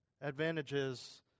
Advantages